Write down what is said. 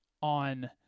on